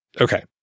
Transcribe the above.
Okay